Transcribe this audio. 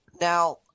Now